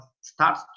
start